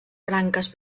branques